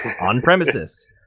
on-premises